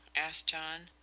asked john.